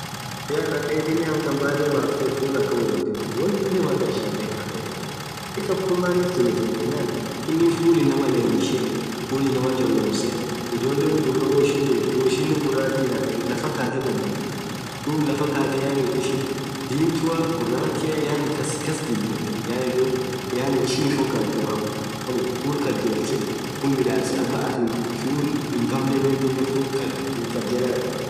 Nadhethi nenn amtan bathee bafthee full akhan woo uff dhibdhii wonn thunen makhaa ishia makeup yedheni makeup khun maanif tumethe yenann inn full inamaa lainishee full inamaa cholomse ijolen dhubrah woo ishin dhibedhothu woo ishin ghurathi ithathe lafaa khathe badhilikithi dhub lafaa khathe ishin dhumtua ghurathi yaani Kaskas jijirthi yaani dhub ishii hinfokhatu woo akhan full kaljelchee full midhase abba athin full hinkhaben bedhinen full khajela dharghetha